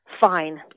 Fine